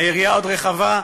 והיריעה עוד רחבה,